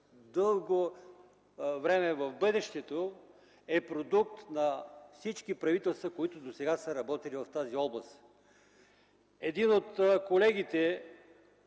дълго време в бъдещето, е продукт на всички правителства, които са работили досега в тази област. Един от колегите,